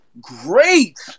great